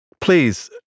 Please